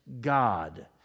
God